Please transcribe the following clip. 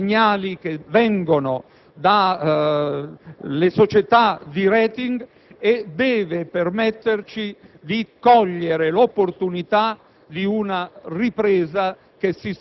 ci devono far riflettere i segnali che vengono dalle società di *rating*. Essa deve permetterci di cogliere l'opportunità